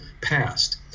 passed